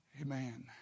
Amen